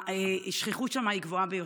השכיחות שם גבוהה ביותר.